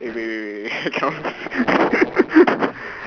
eh wait wait wait wait cannot